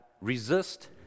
Resist